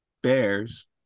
Bears